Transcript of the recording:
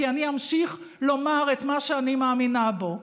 כי אני אמשיך לומר את מה שאני מאמינה בו,